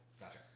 Gotcha